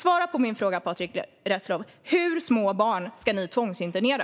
Svara på min fråga, Patrick Reslow: Hur små barn ska ni tvångsinternera?